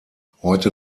heute